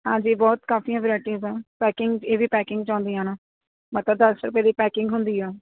ਹਾਂਜੀ ਬਹੁਤ ਕਾਫ਼ੀਆਂ ਹੈ ਵਿਰਾਇਟੀਜ ਆ ਪੈਕਿੰਗ ਇਹਦੀ ਪੈਕਿੰਗ 'ਚ ਆਉਂਦੀਆਂ ਨਾ ਮਤਲਬ ਦਸ ਰੁਪਏ ਦੀ ਪੈਕਿੰਗ ਹੁੰਦੀ ਆ